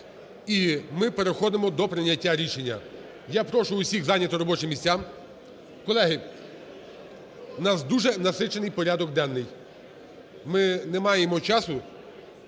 І ми переходимо до прийняття рішення. Я прошу усіх зайняти робочі місця. Колеги, в нас дуже насичений порядок денний. Ми не маємо часу,